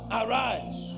arise